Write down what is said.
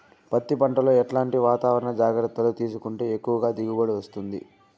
పత్తి పంట లో ఎట్లాంటి వాతావరణ జాగ్రత్తలు తీసుకుంటే ఎక్కువగా దిగుబడి వస్తుంది?